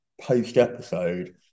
post-episode